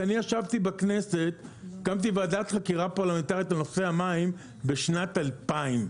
כי אני ישבתי בכנסת הקמתי ועדת חקירה פרלמנטרית בנושא המים בשנת 2000,